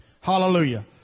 Hallelujah